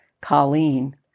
Colleen